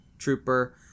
trooper